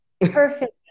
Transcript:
perfect